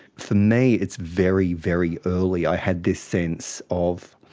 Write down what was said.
for me it's very, very early. i had this sense of,